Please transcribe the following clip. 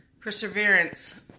perseverance